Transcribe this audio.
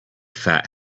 fat